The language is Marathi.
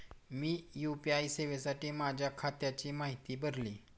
मी यू.पी.आय सेवेसाठी माझ्या खात्याची माहिती भरली